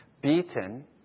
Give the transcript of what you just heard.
beaten